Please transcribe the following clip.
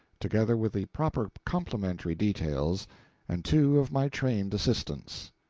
together with the proper complementary details and two of my trained assistants.